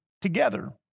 together